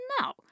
No